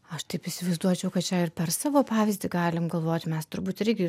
aš taip įsivaizduočiau kad čia ir per savo pavyzdį galim galvot mes turbūt irgi